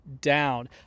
down